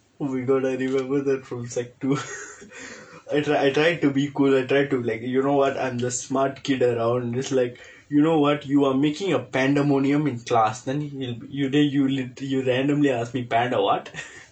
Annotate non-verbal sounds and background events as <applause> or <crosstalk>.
oh my god I remember that from sec two <laughs> I tried I tried to be cool I tried to like you know what I'm the smart kid around it's like you know what you are making a pandemonium in class then you then you randomly ask me panda~ [what]